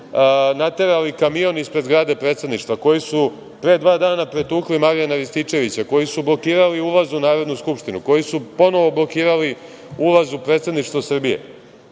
naterali kamion ispred zgrade predsedništva, koji su pre dva dana pretukli Marijana Rističevića, koji su blokirali ulaz u Narodnu skupštinu, koji su ponovo blokirali ulaz u predsedništvo Srbije,